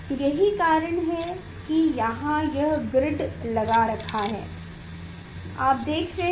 यही कारण है कि यहाँ यह ग्रिड लगा रखा है आप देख रहे हैं